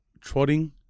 trotting